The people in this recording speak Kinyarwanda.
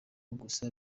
gusa